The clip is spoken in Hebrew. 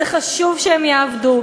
זה חשוב שהם יעבדו.